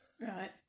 Right